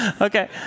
Okay